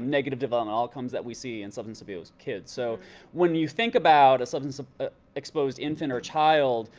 negative developmental outcomes that we see in substance abuse kids. so when you think about a substance exposed infant or child,